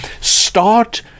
start